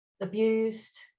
abused